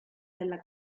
della